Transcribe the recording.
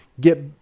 get